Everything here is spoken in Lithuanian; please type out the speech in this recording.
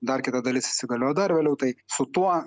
dar kita dalis įsigaliojo dar vėliau tai su tuo